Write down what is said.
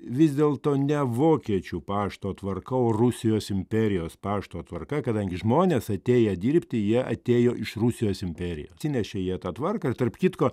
vis dėlto ne vokiečių pašto tvarka o rusijos imperijos pašto tvarka kadangi žmonės atėję dirbti jie atėjo iš rusijos imperijos atsinešė jie tą tvarką ir tarp kitko